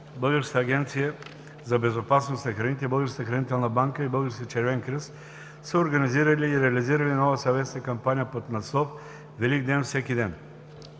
Българската агенция по безопасност на храните, Българската хранителна банка и Българският Червен кръст са организирали и реализирали нова съвместна кампания под наслов „Великден – Всеки ден“.